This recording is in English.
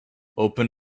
open